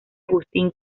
agustín